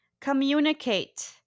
communicate